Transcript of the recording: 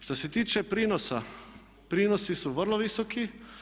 Što se tiče prinosa, prinosi su vrlo visoki.